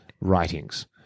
writings